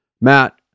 matt